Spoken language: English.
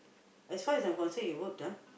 as far as I'm concerned it worked ah